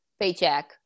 paycheck